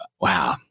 Wow